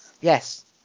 yes